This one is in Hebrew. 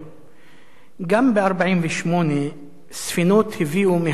גם ב-1948 ספינות הביאו מהגרים שנכנסו